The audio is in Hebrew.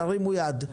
תרימו יד.